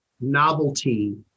novelty